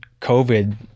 COVID